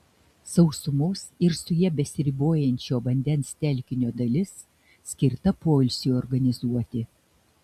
sausumos ir su ja besiribojančio vandens telkinio dalis skirta poilsiui organizuoti